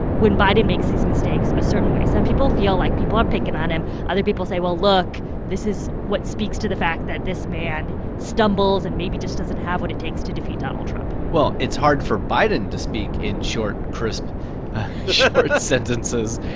when biden makes these mistakes, a certain way. some people feel like people are picking on him. other people say, well, look this is what speaks to the fact that this man stumbles and maybe just doesn't have what it takes to defeat donald trump well, it's hard for biden to speak in short, crisp short sentences.